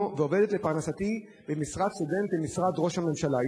ועובדת לפרנסתי במשרת סטודנט במשרד ראש הממשלה.